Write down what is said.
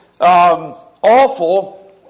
awful